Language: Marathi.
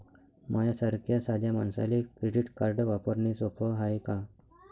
माह्या सारख्या साध्या मानसाले क्रेडिट कार्ड वापरने सोपं हाय का?